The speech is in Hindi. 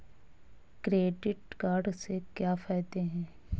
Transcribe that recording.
क्रेडिट कार्ड के क्या फायदे हैं?